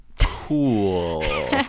cool